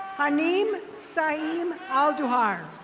maneem saim elduahar.